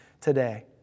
today